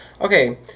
Okay